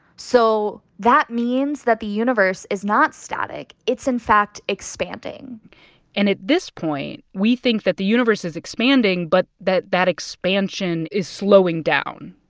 so that means that the universe is not static. it's, in fact, expanding and at this point, we think that the universe is expanding but that that expansion is slowing down.